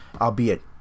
albeit